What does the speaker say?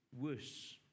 worse